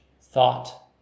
thought